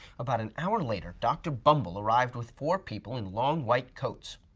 about an hour later dr. bumble arrived with four people in long white coats.